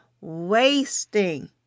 wasting